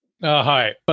Hi